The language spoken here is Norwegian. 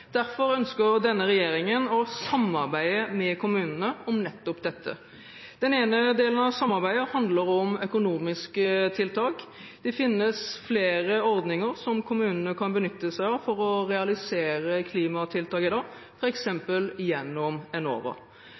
Derfor ønsker denne regjeringen å samarbeide med kommunene om nettopp dette. Den ene delen av samarbeidet handler om økonomiske tiltak. Det finnes flere ordninger som kommunene kan benytte seg av for å realisere klimatiltak i dag, f.eks. gjennom Enova.